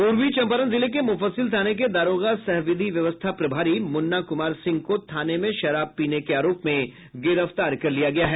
पूर्वी चंपारण जिले के मुफसिल थाने के दारोगा सह विधि व्यवस्था प्रभारी मुन्ना कुमार सिंह को थाने में शराब पीने के आरोप में गिरफ्तार कर लिया गया है